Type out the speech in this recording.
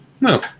No